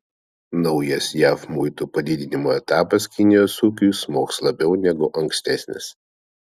naujas jav muitų padidinimo etapas kinijos ūkiui smogs labiau negu ankstesnis